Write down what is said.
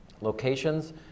locations